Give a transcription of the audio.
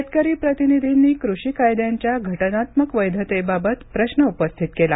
शेतकरी प्रतिनिधींनी कृषी कायद्यांच्या घटनात्मक वैधतेबाबत प्रश्न उपस्थित केला